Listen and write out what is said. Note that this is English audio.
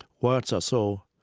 words are so